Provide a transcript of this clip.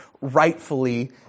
rightfully